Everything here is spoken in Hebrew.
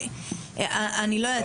לא.